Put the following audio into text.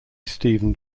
stephen